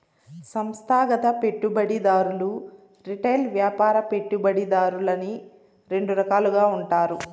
సంస్థాగత పెట్టుబడిదారులు రిటైల్ వ్యాపార పెట్టుబడిదారులని రెండు రకాలుగా ఉంటారు